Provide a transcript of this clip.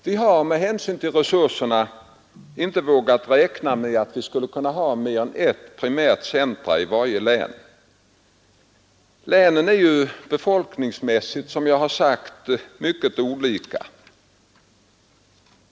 Vi har med hänsyn till resurserna inte vågat räkna med att ha mer än ett primärt centrum i varje län.